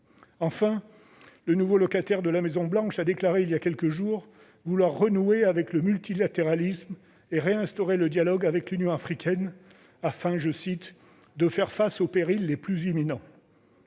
Ensuite, le nouveau locataire de la Maison-Blanche a déclaré il y a quelques jours vouloir renouer avec le multilatéralisme et réinstaurer le dialogue avec l'Union africaine, afin « de faire face aux périls les plus imminents ».